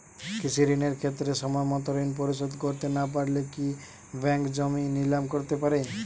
কৃষিঋণের ক্ষেত্রে সময়মত ঋণ পরিশোধ করতে না পারলে কি ব্যাঙ্ক জমি নিলাম করতে পারে?